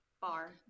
bar